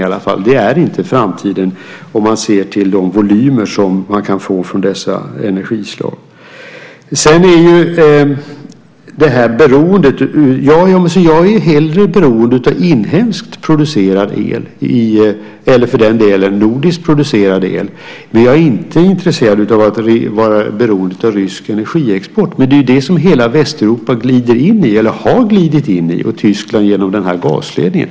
Det där är inte framtiden sett till de volymer som kan fås från dessa energislag. Sedan har vi detta med beroendet. Ja, jag måste säga att jag hellre är beroende av inhemskt producerad el eller, för den delen, av nordiskt producerad el. Jag är inte intresserad av att vara beroende av rysk energiexport. Det är ju vad hela Västeuropa har glidit in i, också Tyskland genom gasledningen.